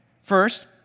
First